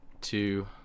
two